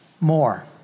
more